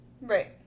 Right